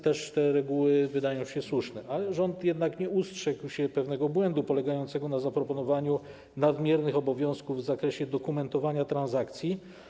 Te reguły wydają się więc słuszne, ale rząd jednak nie ustrzegł się pewnego błędu polegającego na zaproponowaniu nadmiernych obowiązków w zakresie dokumentowania transakcji.